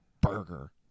burger